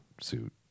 suit